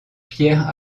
pierre